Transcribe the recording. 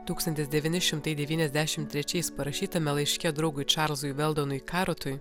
tūkstantis devyni šimtai devyniasdešim trečiais parašytame laiške draugui čarlzui veldonui karotui